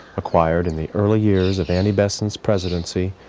acquired in the early years of annie besant's presidency,